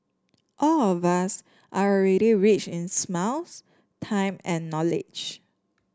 all of us are already rich in smiles time and knowledge